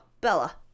bella